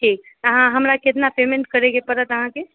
ठीक तऽ अहाँ हमरा केतना पेमेन्ट करय के परत अहाँकेॅं